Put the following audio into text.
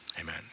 amen